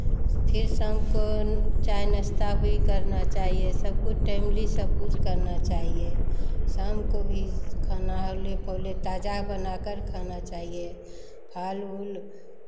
फिर शाम को चाय नाश्ता भी करना चाहिए सब कुछ टाइमली सब कुछ करना चाहिए शाम को भी खाना हौले पौले ताज़ा बनाकर खाना चाहिए फल उल